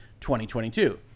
2022